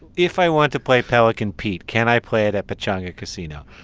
if i want to play pelican pete, can i play it at pechanga casino?